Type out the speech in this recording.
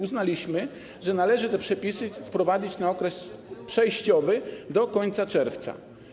Uznaliśmy, że należy te przepisy wprowadzić na okres przejściowy, do końca czerwca.